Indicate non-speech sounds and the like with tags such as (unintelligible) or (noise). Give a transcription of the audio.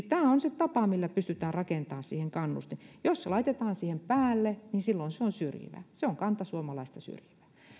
(unintelligible) tämä on se tapa millä pystytään rakentamaan siihen kannustin jos se laitetaan siihen päälle niin silloin se on syrjivä se on kantasuomalaista syrjivä